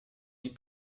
die